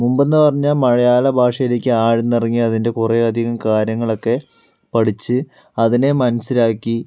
മുമ്പെന്ന് പറഞ്ഞാൽ മലയാള ഭാഷയിലേക്ക് ആഴ്ന്ന് ഇറങ്ങി അതിൻ്റെ കുറെ അധികം കാര്യങ്ങളൊക്കെ പഠിച്ച് അതിനെ മനസ്സിലാക്കി